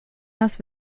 las